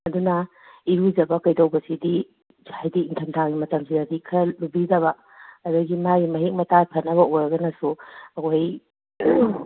ꯑꯗꯨꯅ ꯏꯔꯨꯖꯕ ꯀꯩꯗꯧꯕꯁꯤꯗꯤ ꯍꯥꯏꯗꯤ ꯅꯤꯡꯊꯝ ꯊꯥꯒꯤ ꯃꯇꯝꯁꯤꯗꯗꯤ ꯈꯔ ꯂꯨꯕꯤꯗꯕ ꯑꯗꯒꯤ ꯃꯥꯒꯤ ꯃꯍꯤꯛ ꯃꯇꯥꯏ ꯐꯅꯕ ꯑꯣꯏꯔꯒꯅꯁꯨ ꯑꯈꯣꯏ